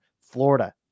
Florida